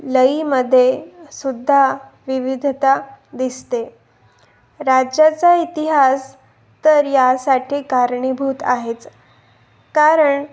लयी मध्ये सुद्धा विविधता दिसते राज्याचा इतिहास तर यासाठी कारणीभूत आहेच कारण